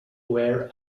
wear